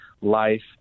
life